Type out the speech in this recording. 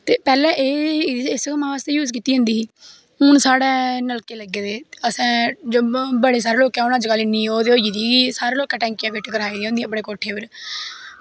ते पैह्लें इस कम्मा आस्तै यूस कीती जंदी ही हून साढ़ै नलके लग्गे दे ते साढ़ै बड़े सारें लोकें अजकल्ल उन्नी ओह् होई गेदी सारें लोकें टैंकियां फिट्ट कराई दियां होंदियां अपने कोट्ठें पर